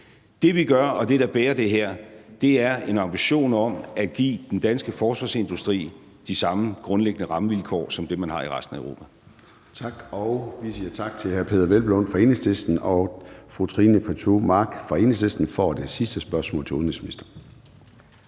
Det, vi gør, og det, der bærer det her, er en ambition om at give den danske forsvarsindustri de samme grundlæggende rammevilkår som dem, man har i resten af Europa. Kl. 13:23 Formanden (Søren Gade): Tak. Vi siger tak til hr. Peder Hvelplund fra Enhedslisten, og så får fru Trine Pertou Mach fra Enhedslisten det sidste spørgsmål til udenrigsministeren.